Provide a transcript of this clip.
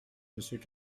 monsieur